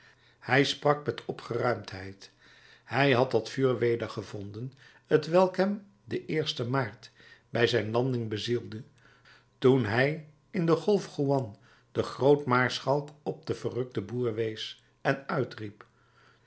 hij sprak met opgeruimdheid hij had dat vuur wedergevonden t welk hem den maart bij zijn landing bezielde toen hij in de golf juan den grootmaarschalk op den verrukten boer wees en uitriep